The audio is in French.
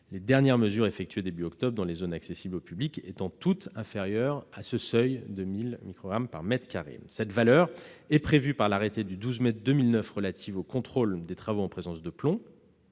les dernières mesures effectuées début octobre dans les zones accessibles au public étant toutes inférieures à ce seuil. Cette valeur est prévue par l'arrêté du 12 mai 2009 relatif au contrôle des travaux en présence de plomb